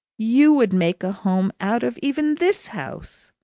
you would make a home out of even this house.